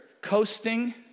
coasting